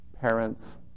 parents